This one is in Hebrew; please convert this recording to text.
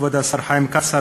כבוד השר חיים כץ,